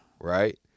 Right